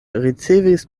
ricevis